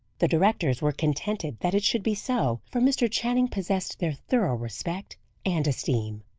the directors were contented that it should be so, for mr. channing possessed their thorough respect and esteem.